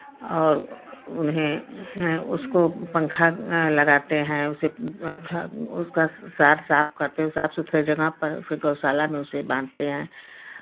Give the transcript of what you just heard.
और उन्हें उसको पंखा लगाते हैं उसे उसका सार साफ करते हैं साफ सुथरे जगह पर उसके गौशाला में उसे बांधते हैं